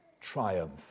triumph